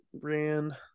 ran